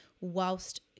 whilst